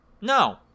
no